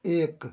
एक